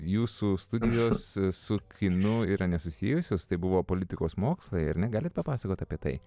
jūsų studijos su kinu yra nesusijusios tai buvo politikos mokslai ir na galit papasakot apie tai